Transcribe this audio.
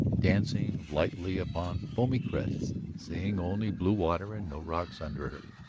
dancing lightly upon foamy crests, seeing only blue water and no rocks under her.